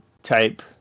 type